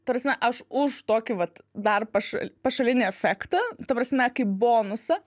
ta prasme aš už tokį vat dar paša pašalinį efektą ta prasme kaip bonusą